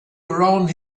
around